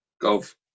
Golf